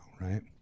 Right